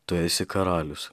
tu esi karalius